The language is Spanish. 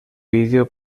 video